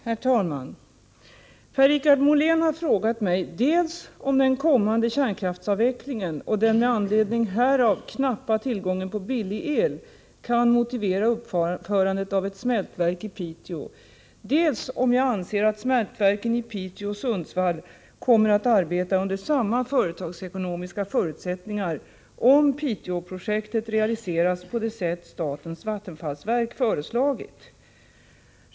Herr talman! Per-Richard Molén har frågat mig dels om den kommande kärnkraftsavvecklingen och den med anledning härav knappa tillgången på billig el kan motivera uppförandet av ett smältverk i Piteå, dels om jag anser att smältverken i Piteå och Sundsvall kommer att arbeta under samma företagsekonomiska förutsättningar om Piteåprojektet realiseras på det sätt statens vattenfallsverk föreslagit.